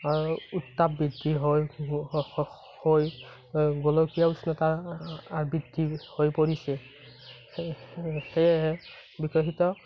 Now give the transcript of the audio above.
উত্তাপ বৃদ্ধি হৈ গোলকীয় উষ্ণতা বৃদ্ধি হৈ পৰিছে সেয়েহে বিকশিত